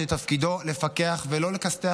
שתפקידו לפקח ולא לכסתח,